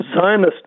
Zionist